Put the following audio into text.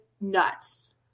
nuts